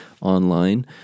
online